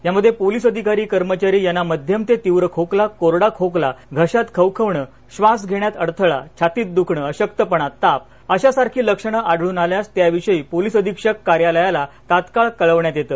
यामध्ये पोलीस अधिकारी कर्मचारी यांना मध्यम ते तीव्र खोकला कोरडा खोकला घशात खवखवणे श्वास घेण्यास अडथळा छातीत दुखणे अशक्तपणा ताप अशा सारखी लक्षण आढळून आल्यास त्याविषयी पोलीस अधिक्षक कार्यालयाला तात्काळ कळविण्यात येत